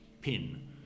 pin